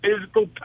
physical